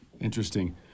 Interesting